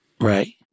Right